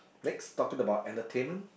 next talking about entertainment